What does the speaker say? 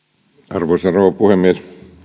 arvoisa rouva puhemies